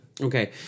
Okay